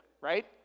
Right